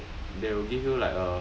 they will give you like a